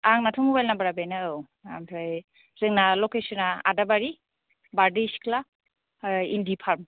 आंनाथ' मबाइल नाम्बारा बेनो औ ओमफ्राय जोंना लकेश'ना आदाबारि बारदैसिख्ला ओमफ्राय इन्दि फार्म